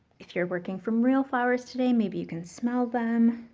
if you're working from real flowers today maybe you can smell them.